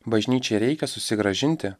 bažnyčiai reikia susigrąžinti